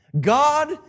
God